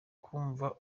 kumva